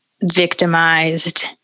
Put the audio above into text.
victimized